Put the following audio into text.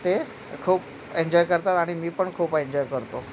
ते खूप एन्जॉय करतात आणि मी पण खूप एन्जॉय करतो